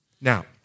Now